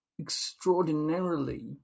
extraordinarily